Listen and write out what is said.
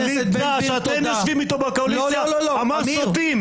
ווליד טאהא שאתם יושבים איתו בקואליציה אמר: סוטים.